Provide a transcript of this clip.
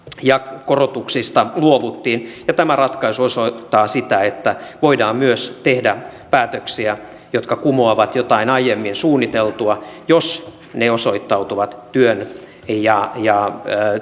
ja korotuksista luovuttiin tämä ratkaisu osoittaa että voidaan myös tehdä päätöksiä jotka kumoavat jotain aiemmin suunniteltua jos ne osoittautuvat työn ja ja